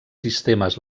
sistemes